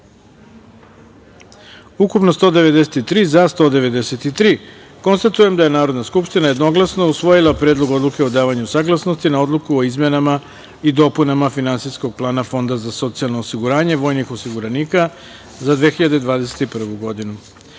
ukupno – 193, za – 193.Konstatujem da je Narodna skupština jednoglasno usvojila Predlog odluke o davanju saglasnosti na Odluku o izmenama i dopunama Finansijskog plana Fonda za socijalno osiguranje vojnih osiguranika za 2021. godinu.4.